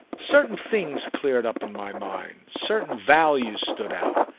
certain things cleared up in my mind, certain values stood out.